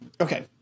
okay